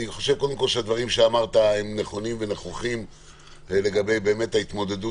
אני חושב שהדברים שאמרת הם נכונים ונכוחים לגבי ההתמודדות